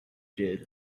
did